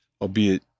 albeit